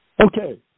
Okay